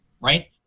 right